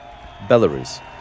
Belarus